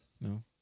no